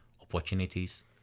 opportunities